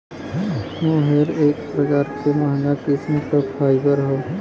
मोहेर एक प्रकार क महंगा किस्म क फाइबर हौ